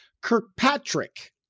Kirkpatrick